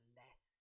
less